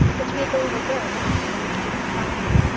which made the little girl laugh in the midst of her crying.